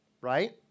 right